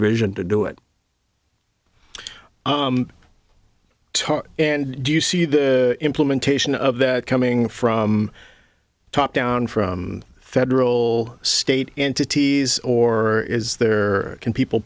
vision to do it and do you see the implementation of that coming from top down from federal state and cities or is there can people